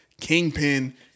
Kingpin